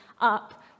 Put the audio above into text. up